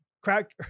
crack